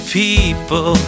people